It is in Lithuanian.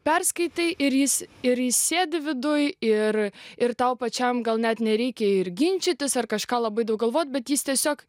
perskaitei ir jis ir jis sėdi viduj ir ir tau pačiam gal net nereikia ir ginčytis ar kažką labai daug galvoti bet jis tiesiog